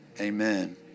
amen